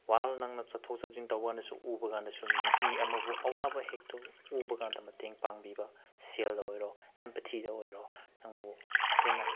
ꯅꯪꯅ ꯆꯠꯊꯣꯛ ꯆꯠꯁꯤꯟ ꯇꯧꯕꯀꯥꯟꯗꯁꯨ ꯎꯕꯀꯥꯟꯗꯁꯨ ꯃꯤ ꯑꯃꯕꯨ ꯑꯋꯥꯕ ꯍꯦꯛꯇ ꯎꯕꯀꯥꯟꯗ ꯃꯇꯦꯡ ꯄꯥꯡꯕꯤꯕ ꯁꯦꯜꯅ ꯑꯣꯏꯔꯣ ꯑꯦꯝꯄꯦꯊꯤꯅ ꯑꯣꯏꯔꯣ ꯅꯪꯕꯨ ꯍꯦꯟꯅ